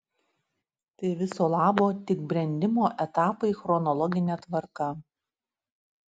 tai viso labo tik brendimo etapai chronologine tvarka